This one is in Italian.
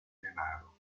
denaro